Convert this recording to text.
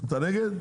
אתה נגד?